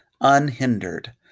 unhindered